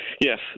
Yes